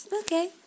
Okay